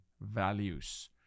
values